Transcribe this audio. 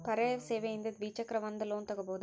ಪರ್ಯಾಯ ಸೇವೆಯಿಂದ ದ್ವಿಚಕ್ರ ವಾಹನದ ಲೋನ್ ತಗೋಬಹುದಾ?